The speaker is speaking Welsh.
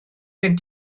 gen